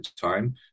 time